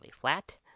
flat